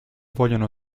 vogliono